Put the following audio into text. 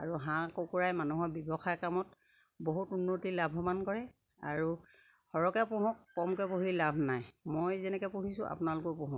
আৰু হাঁহ কুকুৰাই মানুহৰ ব্যৱসায় কামত বহুত উন্নতি লাভৱান কৰে আৰু সৰহকে পোহক কমকে পুহি লাভ নাই মই যেনেকে পুহিছোঁ আপোনালোকেও পোহক